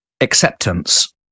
Acceptance